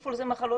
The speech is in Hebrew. תוסיפו לזה מחלות,